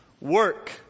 Work